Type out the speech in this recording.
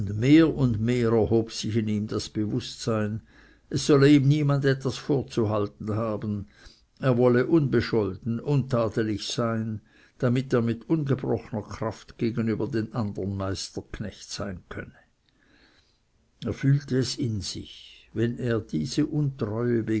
mehr und mehr erhob sich in ihm das bewußtsein es solle ihm niemand etwas vorzuhalten haben er wollte unbescholten untadelich sein damit er mit ungebrochner kraft gegenüber den andern meisterknecht sein könne er fühlte es in sich wenn er diese untreue